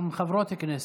גם חברות כנסת.